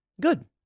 good